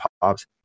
pops